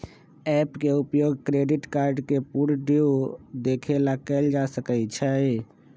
app के उपयोग credit card के पूरे ड्यू के देखे के लेल कएल जा सकइ छै